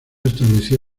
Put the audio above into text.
estableció